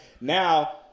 now